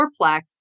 fourplex